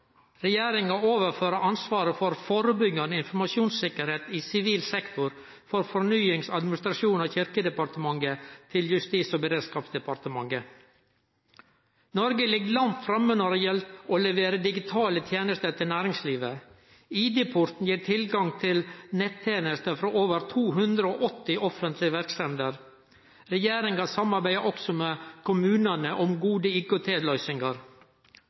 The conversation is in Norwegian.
Regjeringa overfører ansvaret for førebyggjande informasjonssikkerhet i sivil sektor frå Fornyings-, administrasjons- og kyrkjedepartementet til Justis- og beredskapsdepartementet. Noreg ligg langt framme når det gjeld å levere digitale tenester til næringslivet. ID-porten gir tilgang til nettenester frå over 280 offentlege verksemder. Regjeringa samarbeider også med kommunane om gode